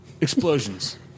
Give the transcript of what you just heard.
Explosions